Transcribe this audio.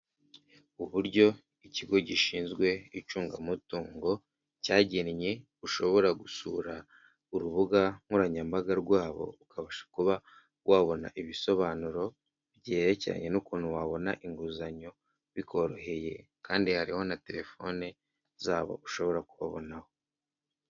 Uburyo ikigo gishinzwe icungamutungo cyagennye, ushobora gusura urubuga nkoranyambaga rwabo, ukabasha kuba wabona ibisobanuro byerekeranye n'ukuntu wabona inguzanyo bikoroheye kandi hariho na terefone zabo ushobora kubabonaho.